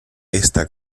esta